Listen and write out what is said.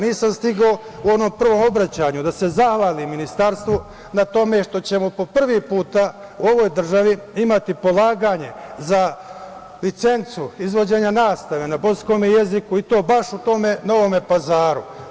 Nisam stigao u onom prvom obraćanju da se zahvalim Ministarstvu na tome što ćemo po prvi put u ovoj državi imati polaganje za licencu izvođenja nastave na bosanskome jeziku, i to baš u tome Novome Pazaru.